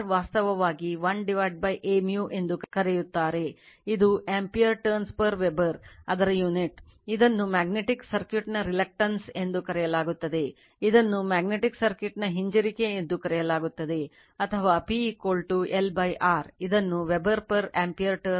ಈಗ flux A B A ಎಂಬುದು cross sectional area ಎಂದು ಕರೆಯಲಾಗುತ್ತದೆ ಇದನ್ನು ಮ್ಯಾಗ್ನೆಟಿಕ್ ಸರ್ಕ್ಯೂಟ್ನ ಹಿಂಜರಿಕೆ ಎಂದು ಕರೆಯಲಾಗುತ್ತದೆ ಅಥವಾ P 1 R ಇದನ್ನುWeber per ampere turns ಎಂದು ಕರೆಯಲಾಗುತ್ತದೆ